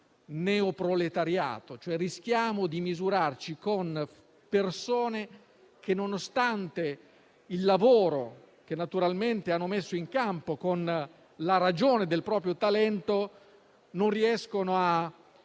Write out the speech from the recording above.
neo proletariato. Rischiamo cioè di misurarci con persone che, nonostante il lavoro che naturalmente hanno messo in campo con la ragione del proprio talento, non riescono a